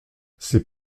c’est